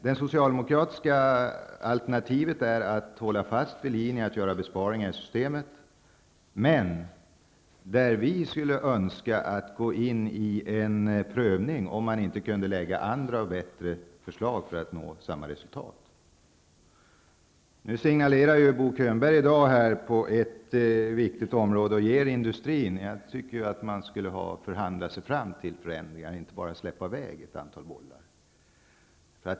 Det socialdemokratiska alternativet är att hålla fast vid linjen att det skall göras besparingar i systemet, men vi önskar att det gjordes en prövning av om det var möjligt att lägga fram andra och bättre förslag för att nå samma resultat. Nu ger Bo Könberg signaler till industrin på ett viktigt område, men jag tycker att man skulle ha förhandlat sig fram till förändringar och inte bara släppa i väg ett antal bollar.